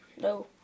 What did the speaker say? No